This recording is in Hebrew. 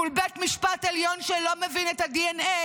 מול בית משפט עליון שלא מבין את הדנ"א